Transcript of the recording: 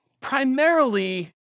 primarily